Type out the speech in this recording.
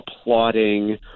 applauding